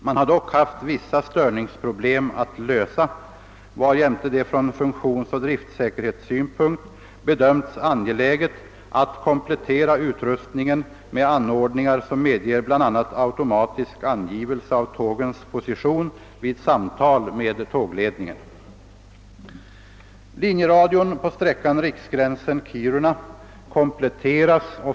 Man har dock haft vissa störningsproblem att lösa, varjämte det från funktionsoch driftsäkerhetssynpunkt bedömts angeläget att komplettera utrustningen med anordningar, som medger bl.a. automatisk angivelse av tågens position vid samtal med tågledningen.